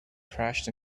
crashed